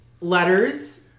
Letters